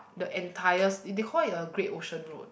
the entire s~ they call it a Great-Ocean-Road